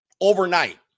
overnight